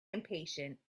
impatient